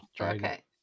Okay